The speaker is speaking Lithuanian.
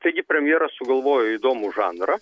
taigi premjeras sugalvojo įdomų žanrą